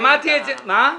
שמעתי את זה -- אנחנו מבינים.